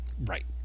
Right